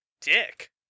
dick